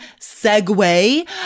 segue